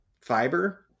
fiber